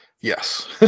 Yes